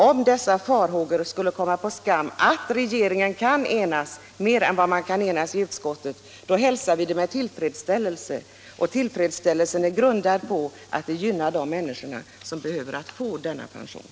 Om dessa farhågor skulle komma på skam och regeringen kan enas mer än man kunde enas i utskottet när det gäller debattordningen, hälsar vi det med tillfredsställelse, eftersom det skulle gynna de människor som behöver få denna pension.